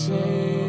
Say